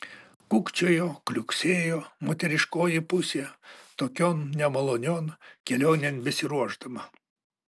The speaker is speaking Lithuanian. kukčiojo kliuksėjo moteriškoji pusė tokion nemalonion kelionėn besiruošdama